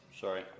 Sorry